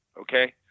okay